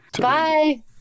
Bye